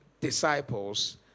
disciples